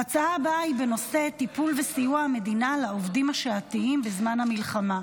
ההצעה הבאה היא בנושא: טיפול וסיוע המדינה לעובדים השעתיים בזמן המלחמה.